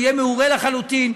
והוא יהיה מעורה לחלוטין.